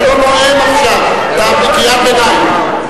אתה לא נואם עכשיו, אתה בקריאת ביניים.